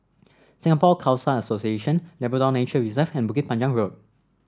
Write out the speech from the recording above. Singapore Khalsa Association Labrador Nature Reserve and Bukit Panjang Road